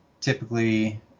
typically